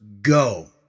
go